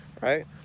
right